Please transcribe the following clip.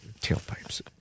Tailpipes